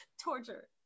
torture